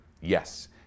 yes